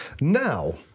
Now